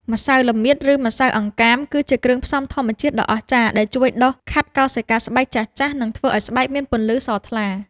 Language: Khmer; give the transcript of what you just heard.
ម្សៅល្មៀត ឬម្សៅអង្កាម គឺជាគ្រឿងផ្សំធម្មជាតិដ៏អស្ចារ្យដែលជួយដុសខាត់កោសិកាស្បែកចាស់ៗ និងធ្វើឱ្យស្បែកមានពន្លឺសថ្លា។